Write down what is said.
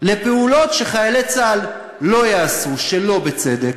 לפעולות שחיילי צה"ל לא יעשו, שלא בצדק,